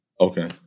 Okay